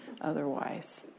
otherwise